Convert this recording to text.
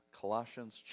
Colossians